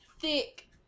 thick